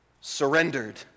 surrendered